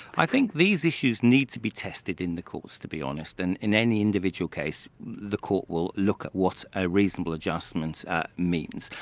ah think these issues need to be tested in the courts, to be honest, and in any individual case the court will look at what a reasonable adjustment means.